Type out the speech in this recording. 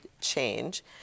change